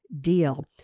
deal